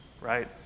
right